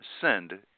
send